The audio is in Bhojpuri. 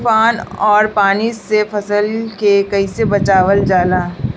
तुफान और पानी से फसल के कईसे बचावल जाला?